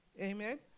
Amen